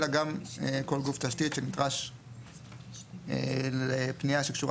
אלא גם כל גוף תשתית שנדרש לפנייה שקשורה